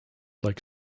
lake